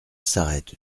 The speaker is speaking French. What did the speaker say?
s’arrête